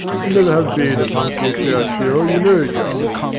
you never have been a punctual church goer, you know. josh,